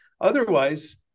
Otherwise